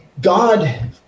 God